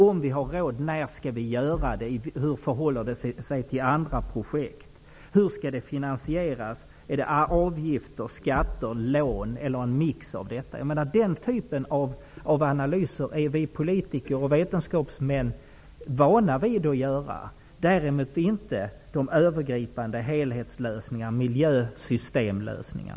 Om vi har råd, när skall vi då genomföra det? Hur förhåller det sig till andra projekt? Hur skall projektet finansieras -- genom avgifter, skatter, lån eller en mix av detta? Den typen av analyser är vi politiker och vetenskapsmän vana vid att göra. Vi är däremot inte vana vid övergripande helhetslösningar, miljösystemlösningar.